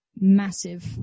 massive